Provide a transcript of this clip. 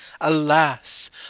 alas